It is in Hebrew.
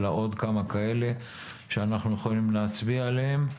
אלא עוד כמה כאלה שאנחנו יכולים להצביע עליהם.